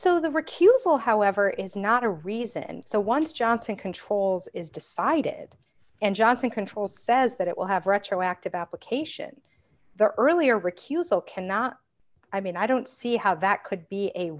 recusal however is not a reason so once johnson controls is decided and johnson control says that it will have retroactive application the earlier recusal cannot i mean i don't see how that could be a